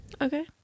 Okay